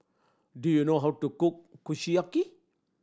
do you know how to cook Kushiyaki